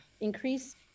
increase